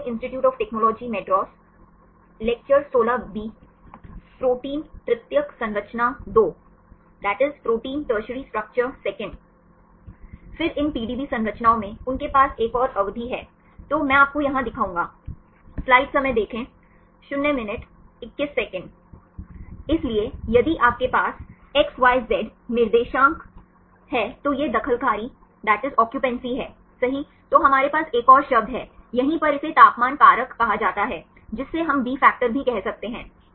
इसलिए यदि आपके पास XYZ निर्देशांक हैं तो यह occupancy दखलकारी है सही तो हमारे पास एक और शब्द है यहीं पर इसे तापमान कारक कहा जाता है जिसे हम बी फैक्टर भी कह सकते हैं